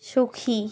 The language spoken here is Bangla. সুখী